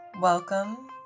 welcome